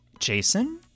Jason